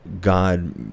God